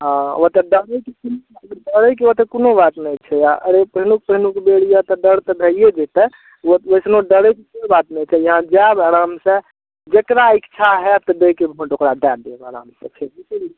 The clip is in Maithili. हँ ओतऽ डरैके कोनो बात नहि डरैके ओतऽ कोनो बात नहि छै अरे पहिलुक पहिलुक बेर यऽ तऽ डर तऽ भैये जेतै ओइसनो डरैके कोइ बात नहि छै यहाँ जाएब आराम सँ जेकरा ईच्छा होएत दैके भोट ओकरा दए देब आराम सँ बुझलियै